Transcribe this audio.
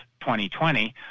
2020